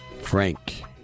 Frank